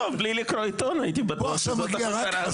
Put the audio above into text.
לא, בלי לקרוא עיתון הייתי בטוח שזאת המטרה.